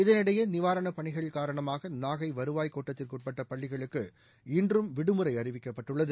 இதனிடையே நிவாரணப் பணிகள் காரணமாக நாகை வருவாய் கோட்டத்திற்குட்பட்ட பள்ளிகளுக்கு இன்றும் விடுமுறை அறிவிக்கப்பட்டுள்ளது